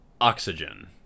Oxygen